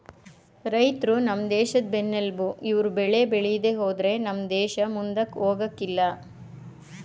ರೈತ್ರು ನಮ್ ದೇಶದ್ ಬೆನ್ನೆಲ್ಬು ಇವ್ರು ಬೆಳೆ ಬೇಳಿದೆ ಹೋದ್ರೆ ನಮ್ ದೇಸ ಮುಂದಕ್ ಹೋಗಕಿಲ್ಲ